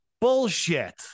Bullshit